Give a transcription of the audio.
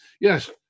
Yes